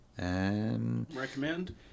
Recommend